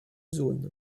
zones